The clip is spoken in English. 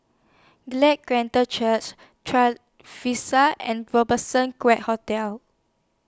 Glad Church Trevista and Robertson Quay Hotel